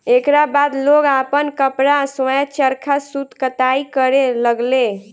एकरा बाद लोग आपन कपड़ा स्वयं चरखा सूत कताई करे लगले